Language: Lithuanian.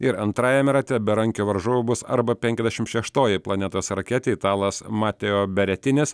ir antrajame rate berankio varžovu bus arba penkiasdešimt šeštoji planetos raketė italas mateo beretinis